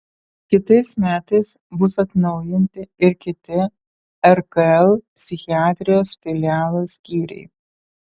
kitais metais bus atnaujinti ir kiti rkl psichiatrijos filialo skyriai